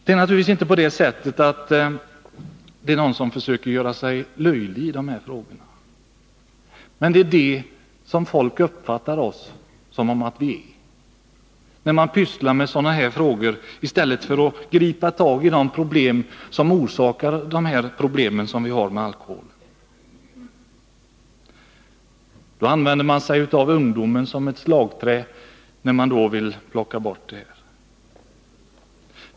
Det är naturligtvis inte så att någon försöker göra sig löjlig i dessa frågor, men folk uppfattar oss så när vi pysslar med sådana här frågor i stället för att gripa tag i de förhållanden som orsakar alkoholproblemen. Man använder ungdomen som ett slagträ när man för fram det förslag som det nu gäller.